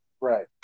Right